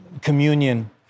communion